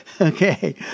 Okay